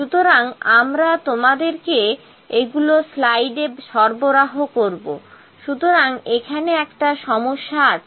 সুতরাং আমরা তোমাদেরকে এগুলো স্লাইড এ সরবরাহ করব সুতরাং এখানে একটা সমস্যা আছে